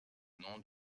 nom